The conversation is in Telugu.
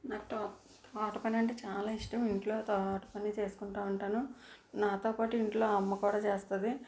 నాకు తోట్ తోట పని అంటే చాల ఇష్టం ఇంట్లో తోట పని చేసుకుంటూ ఉంటాను నాతో పాటు ఇంట్లో అమ్మ కూడా చేస్తుంది